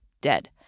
Dead